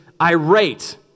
irate